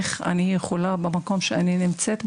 חשבתי על איך אני יכולה לשנות במקום בו אני נמצאת,